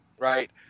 Right